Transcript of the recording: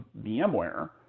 vmware